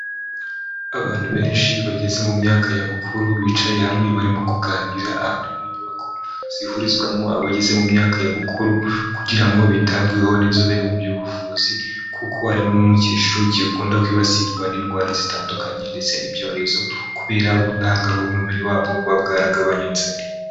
Abantu benshi bageze mu myaka ya bukuru bicaye hamwe barimo kuganira, abari mu nyubako zihurizwamo abageze mu myaka ya bukuru kugira ngo bitabweweho n'inzobere mu by'ubuvuzi, kuko ari bamwe mu cyiciro kikunda kwibasirwa n'indwara zitandukanye ndetse n'ibyorezo, kubera ubudahangarwa bw'umubiri wabo buba bwaragabanyutse.